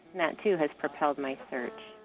and that, too, has propelled my search.